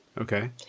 Okay